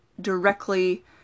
directly